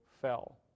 fell